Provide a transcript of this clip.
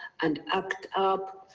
and act up,